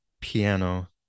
piano